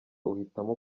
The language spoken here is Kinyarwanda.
uhitamo